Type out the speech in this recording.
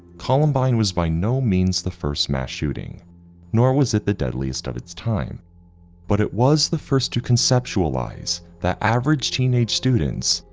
columbine was by no means the first mass shooting nor was it the deadliest at its time but it was the first to conceptualize that average teenage students,